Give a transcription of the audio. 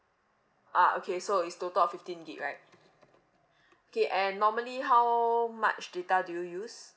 ah okay so it's total of fifteen gig right okay and normally how much data do you use